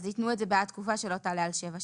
יתנו את זה בעד תקופה שלא תעלה על שבע שנים.